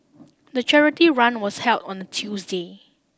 the charity run was held on a Tuesday